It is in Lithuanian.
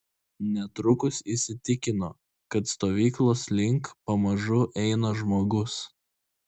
netrukus įsitikino kad stovyklos link pamažu eina žmogus